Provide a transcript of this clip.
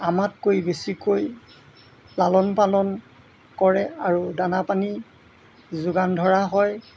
আমাতকৈ বেছিকৈ লালন পালন কৰে আৰু দানা পানী যোগান ধৰা হয়